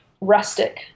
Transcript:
rustic